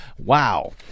Wow